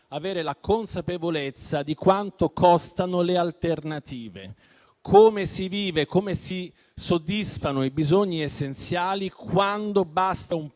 avere la consapevolezza di quanto costano le alternative, di come si vive, di come si soddisfano i bisogni essenziali quando basta un